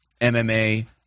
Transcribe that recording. MMA